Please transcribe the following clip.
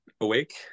awake